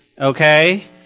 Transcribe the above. okay